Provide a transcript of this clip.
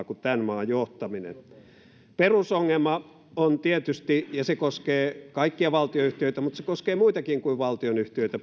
kuin tämän maan johtaminen perusongelma on tietysti se ja se koskee kaikkia valtionyhtiöitä mutta se koskee muitakin kuin valtionyhtiöitä